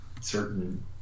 certain